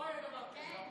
לא היה דבר כזה.